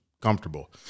comfortable